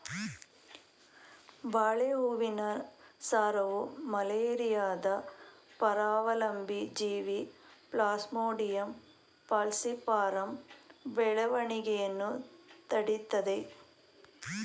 ಬಾಳೆ ಹೂವಿನ ಸಾರವು ಮಲೇರಿಯಾದ ಪರಾವಲಂಬಿ ಜೀವಿ ಪ್ಲಾಸ್ಮೋಡಿಯಂ ಫಾಲ್ಸಿಪಾರಮ್ ಬೆಳವಣಿಗೆಯನ್ನು ತಡಿತದೇ